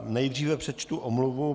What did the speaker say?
Nejdříve přečtu omluvu.